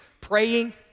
praying